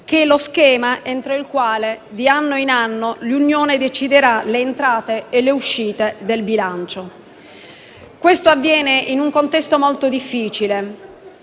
che è lo schema entro cui, di anno in anno, l'Unione deciderà le entrate e le uscite del bilancio. Questo avviene in un contesto molto difficile.